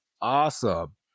awesome